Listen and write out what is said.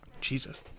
Jesus